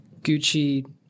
Gucci